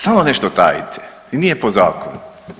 Stalno nešto tajite i nije po zakonu.